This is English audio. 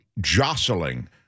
jostling